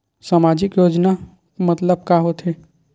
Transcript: सामजिक योजना मतलब का होथे?